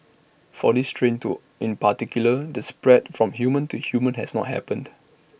for this strain to in particular the spread from human to human has not happened